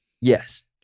Yes